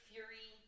Fury